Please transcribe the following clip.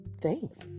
thanks